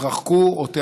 תתרחקו או תיענשו,